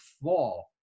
fall